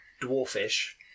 Dwarfish